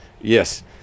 yes